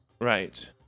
Right